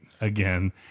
again